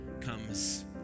comes